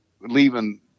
leaving